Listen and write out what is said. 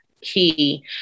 key